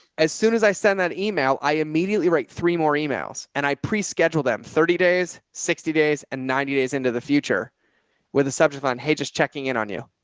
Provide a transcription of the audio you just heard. as soon as i send that email, i immediately write three more emails and i preschedule them thirty days, sixty days and ninety days into the future with a subject line. hey, just checking in on you.